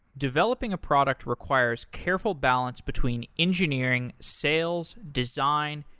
developing product requires careful balance between engineering, sales, design,